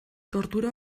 tortura